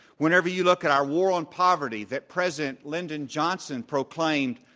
whenever you look at our war on poverty that president lyndon johnson proclaimed,